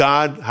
God